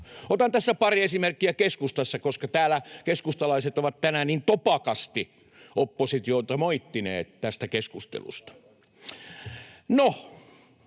Otan tässä pari esimerkkiä keskustasta, koska täällä keskustalaiset ovat tänään niin topakasti oppositiota moittineet tästä keskustelusta. No,